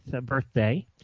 birthday